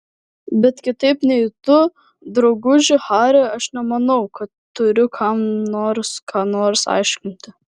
bet kitaip nei tu drauguži hari aš nemanau kad turiu kam nors ką nors aiškinti